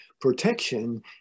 protection